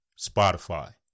Spotify